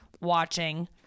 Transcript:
watching